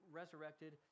resurrected